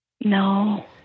no